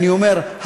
אני אומר,